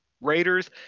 Raiders